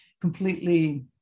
completely